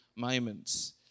Moments